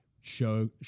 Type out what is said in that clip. show